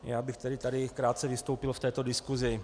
Já bych tedy tady krátce vystoupil v této diskusi.